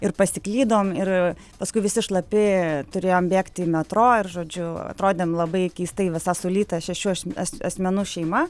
ir pasiklydom ir paskui visi šlapi turėjom bėgti į metro ir žodžiu atrodėm labai keistai visa sulyta šešių as asmenų šeima